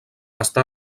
està